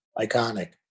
iconic